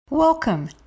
welcome